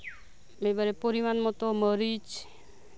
ᱯᱚᱨᱤᱢᱟᱱ ᱢᱚᱛᱚ ᱢᱟᱹᱨᱤᱪ